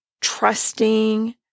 trusting